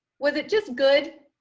was it just good?